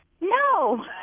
No